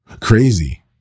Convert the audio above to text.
Crazy